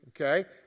okay